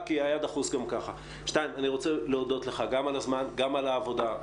אני רוצה להודות לך גם על הזמן, גם על העבודה.